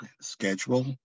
schedule